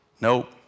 nope